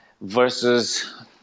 versus